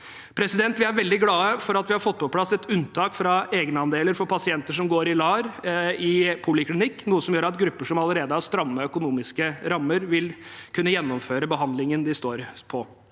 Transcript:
måten. Vi er veldig glade for at vi har fått på plass et unntak fra egenandeler for pasienter som går i LAR i poliklinikk, noe som gjør at grupper som allerede har stramme økonomiske rammer, vil kunne gjennomføre behandlingen de er i.